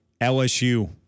LSU